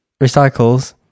recycles